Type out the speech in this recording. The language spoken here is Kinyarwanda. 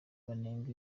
banenga